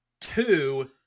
Two